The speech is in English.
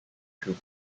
group